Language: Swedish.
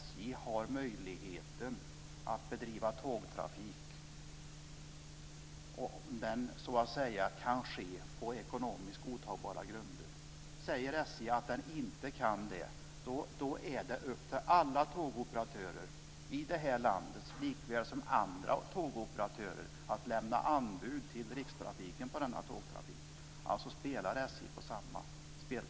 SJ har möjligheten att bedriva tågtrafik om det kan ske på ekonomiskt godtagbara grunder. Säger SJ att SJ inte kan det, är det upp till alla tågoperatörer i landet likväl som andra tågoperatörer att lämna anbud till Rikstrafiken på den tågtrafiken. Alltså spelar SJ på samma spelplan.